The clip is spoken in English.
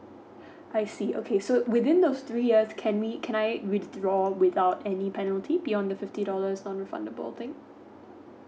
I see okay so within those three years can we can I withdraw without any penalty beyond the fifty dollars on refundable thing